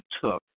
took